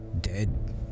dead